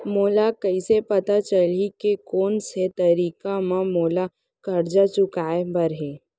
मोला कइसे पता चलही के कोन से तारीक म मोला करजा चुकोय बर हे?